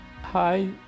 Hi